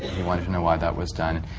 he wanted to know why that was done.